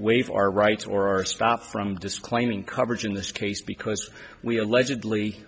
waive our rights or are stopped from disclaiming coverage in this case because we allegedly